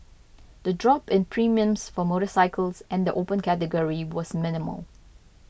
the drop in premiums for motorcycles and the Open Category was minimal